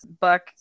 buck